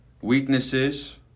weaknesses